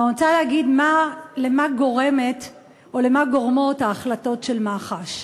אבל אני רוצה להגיד למה גורמות ההחלטות של מח"ש.